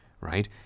right